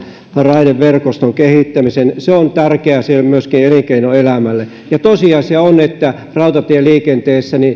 raideverkoston kehittämisen se on tärkeätä siellä myöskin elinkeinoelämälle ja tosiasia on että rautatieliikenteessä